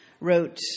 wrote